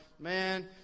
man